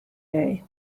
day